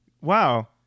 Wow